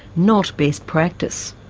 not best practice.